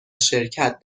شرکت